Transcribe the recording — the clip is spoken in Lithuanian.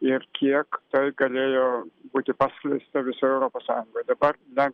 ir kiek tai galėjo būti paskleista visoje europos sąjungoje dabar dar